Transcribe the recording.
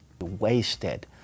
wasted